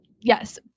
yes